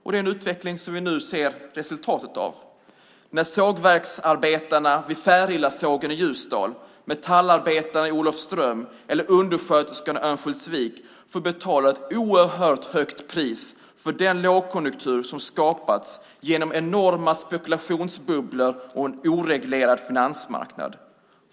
Det är den utveckling vi nu ser resultatet av, när sågverksarbetarna vid Färilasågen i Ljusdal, metallarbetare i Olofström eller undersköterskor i Örnsköldsvik får betala ett oerhört högt pris för den lågkonjunktur som skapats genom enorma spekulationsbubblor och en oreglerad finansmarknad.